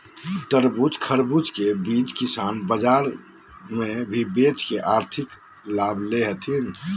तरबूज, खरबूज के बीज किसान बाजार मे भी बेच के आर्थिक लाभ ले हथीन